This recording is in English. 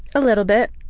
a little bit.